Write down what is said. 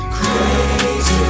Crazy